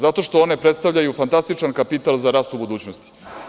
Zato što one predstavljaju fantastičan kapital za rast u budućnosti.